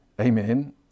Amen